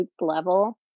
level